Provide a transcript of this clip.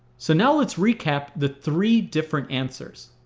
so now let's recap the three different answers.